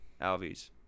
Alves